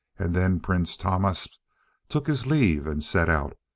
and then prince tahmasp took his leave and set out,